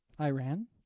Iran